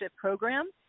program